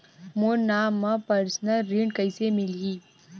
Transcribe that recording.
मोर नाम म परसनल ऋण कइसे मिलही?